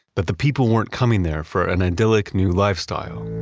that the people weren't coming there for an idyllic new lifestyle.